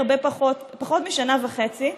פחות משנה וחצי.